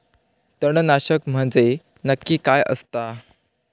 तणनाशक म्हंजे नक्की काय असता?